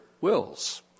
wills